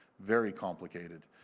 very complicated.